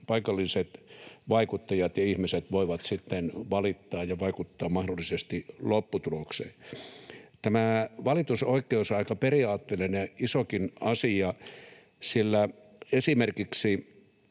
paikalliset vaikuttajat ja ihmiset voivat sitten valittaa ja vaikuttaa mahdollisesti lopputulokseen. Tämä valitusoikeus on aika periaatteellinen, isokin asia, sillä esimerkiksi